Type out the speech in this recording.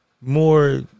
more